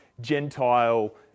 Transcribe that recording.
Gentile